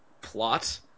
plot